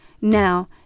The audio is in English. Now